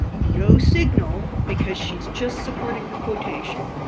no signal because she's just supporting the quotation.